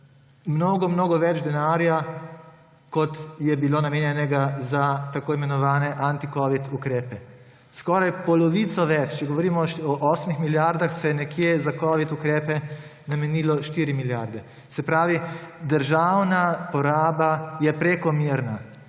mnogo več denarja, kot je bilo namenjenega za tako imenovane anticovid ukrepe. Skoraj polovico več. Če govorimo o 8 milijardah, se je za covid ukrepe namenilo nekje 4 milijarde. Se pravi, državna poraba je prekomerna,